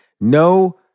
No